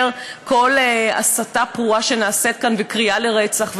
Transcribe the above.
כל הסתה פרועה שנעשית כאן וקריאה לרצח.